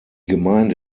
gemeinde